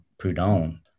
Proudhon